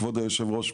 כבוד יושב הראש,